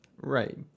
right